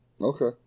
Okay